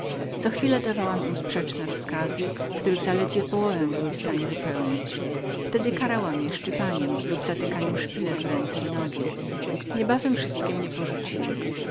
co chwila dawałam im przeciwne rozkazy których zaledwie połowę były w stanie wypełnić wtedy karałam je szczypaniem drapaniem lub zatykaniem im szpilek w ręce i nogi niebawem wszystkie mnie porzuciły